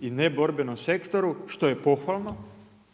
i neborbenom sektoru što je pohvalno